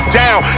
down